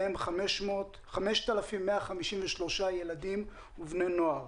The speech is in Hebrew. מהם 5,153 ילדים ובני נוער.